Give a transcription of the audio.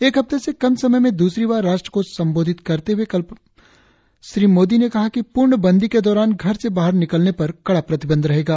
एक हफ्ते से कम समय में दूसरी बार राष्ट्र को संबोधन में कल श्री मोदी ने कहा कि पूर्णबंदी के दौरान घर से बाहर निकलने पर कडा प्रतिबंध रहेगा